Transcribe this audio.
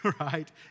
right